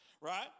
right